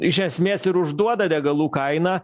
iš esmės ir užduoda degalų kainą